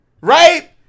right